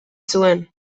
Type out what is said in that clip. zuen